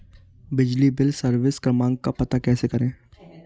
बिजली bill service क्रमांक का पता कैसे करें?